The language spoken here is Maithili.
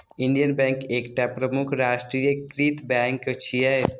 इंडियन बैंक एकटा प्रमुख राष्ट्रीयकृत बैंक छियै